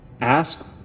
ask